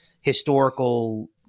historical